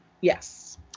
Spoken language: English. Yes